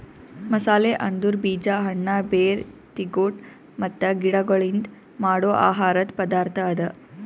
ಮಸಾಲೆ ಅಂದುರ್ ಬೀಜ, ಹಣ್ಣ, ಬೇರ್, ತಿಗೊಟ್ ಮತ್ತ ಗಿಡಗೊಳ್ಲಿಂದ್ ಮಾಡೋ ಆಹಾರದ್ ಪದಾರ್ಥ ಅದಾ